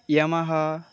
Yamaha